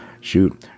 Shoot